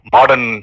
Modern